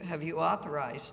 have you authorize